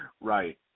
Right